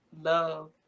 love